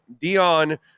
Dion